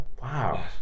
Wow